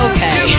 Okay